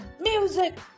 music